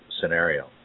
scenario